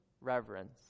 reverence